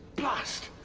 blast!